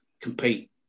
compete